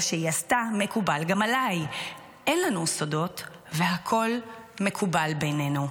שהיא עשתה מקובל גם עליי --- אין לנו סודות והכול מקובל בינינו".